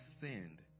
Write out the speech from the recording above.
sinned